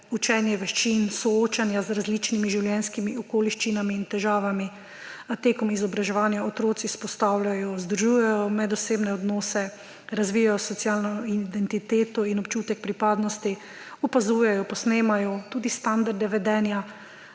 učenje veščin, soočenja z različnimi življenjskimi okoliščinami in težavami. Tekom izobraževanja otroci vzpostavljajo, vzdržujejo medosebne odnose, razvijajo socialno identiteto in občutek pripadnosti, opazujejo, posnemajo tudi standarde vedenja,